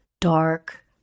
dark